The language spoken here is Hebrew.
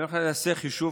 אם נעשה חישוב,